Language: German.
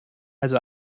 also